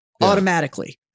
automatically